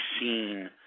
seen